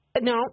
No